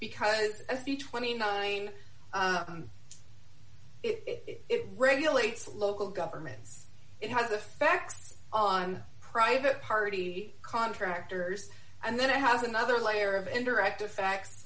because a few twenty nine it regulates local governments it has the facts on private party contractors and then it has another layer of indirect effects